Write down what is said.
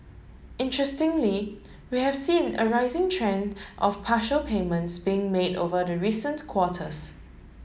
interestingly we have seen a rising trend of partial payments being made over the recent quarters